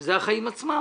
שזה החיים עצמם,